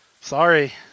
Sorry